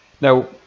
Now